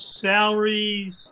salaries